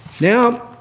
Now